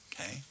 okay